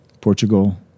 Portugal